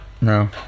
No